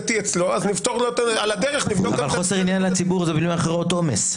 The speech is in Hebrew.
חוסר עניין לציבור זה במילים אחרות עומס.